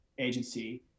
agency